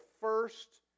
first